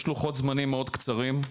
יש לוחות זמנים מאוד קצרים.